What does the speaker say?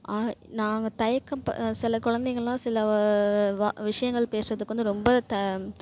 நாங்கள் தயக்கம் இப்போ சில குழந்தைங்கள்லாம் சில வா விஷயங்கள் பேசுறத்துக்கு வந்து ரொம்ப த